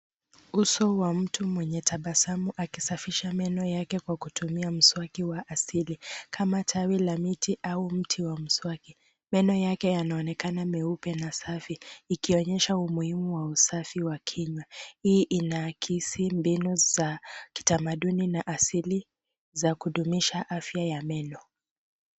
Uso wa mtu mwenye tabasamu akisafisha meno yake kutumia mswaki wa asili kama tawi la mti au mti wa mswaki. Meno yake yanaonekana meupe na safi ikionyesha umuhimu wa usafi wa kinywa. Hii inaakisi mbinu za kitamaduni na asili za kudumisha afya ya meno.